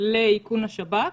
לאיכון השב"כ.